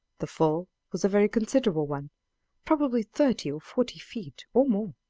the fall was a very considerable one probably thirty or forty feet, or more,